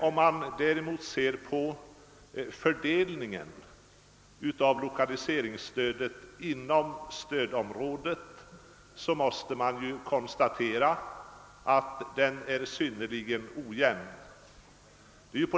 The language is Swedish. Om man däremot ser på fördelningen av lokaliseringsstödet inom stödområdet måste man konstatera att den är synnerligen ojämn.